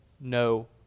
no